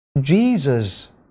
Jesus